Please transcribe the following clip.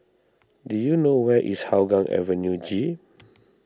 do you know where is Hougang Avenue G